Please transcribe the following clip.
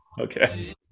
Okay